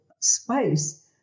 space